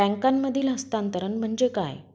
बँकांमधील हस्तांतरण म्हणजे काय?